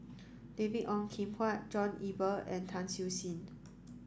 David Ong Kim Huat John Eber and Tan Siew Sin